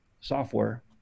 software